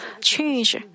change